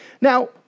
Now